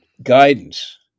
guidance